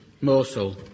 Morsel